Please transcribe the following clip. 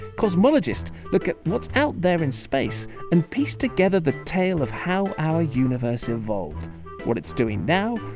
cosmologists look at what's out there in space and piece together the tale of how our universe evolved what it's doing now,